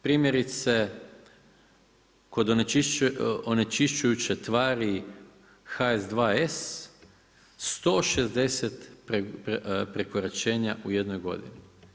Primjerice, kod onečišćujuće tvari H2S, 160 prekoračenja u jednoj godini.